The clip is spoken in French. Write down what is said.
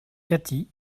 kathy